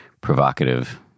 provocative